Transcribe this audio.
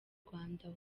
rwanda